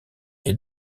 est